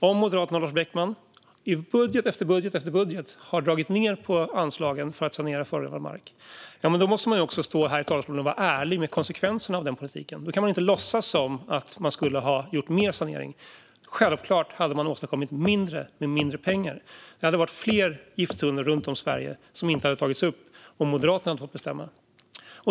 Om Moderaterna och Lars Beckman i budget efter budget har dragit ned på anslagen för att sanera förorenad mark måste man stå här i talarstolen och vara ärlig med konsekvenserna av politiken. Då kan man inte låtsas som att man skulle ha gjort mer i fråga om sanering. Självklart har man åstadkommit mindre med mindre pengar. Det hade varit fler gifttunnor runt om i Sverige som inte hade tagits upp om Moderaterna hade fått bestämma.